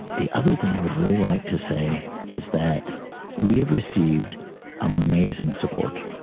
the other thing i would really like to say is that we have received amazing support,